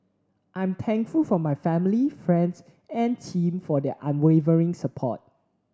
I'm thankful for my family friends and team for their unwavering support